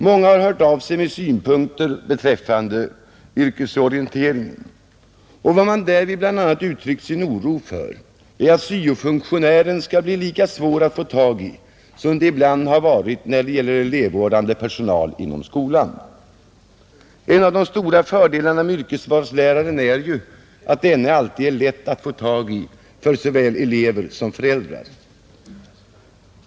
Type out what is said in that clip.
Många har hört av sig med synpunkter beträffande yrkesorienteringen och vad man därvid bl.a. uttryckt sin oro för är att det skall bli lika svårt att få tag i syo-funktionären som det ibland har varit att få tag i elevvårdande personal i skolan, En av de stora fördelarna med yrkesvalsläraren är att denne alltid är lätt att få tag i för såväl elever som föräldrar.